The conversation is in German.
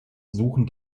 suchen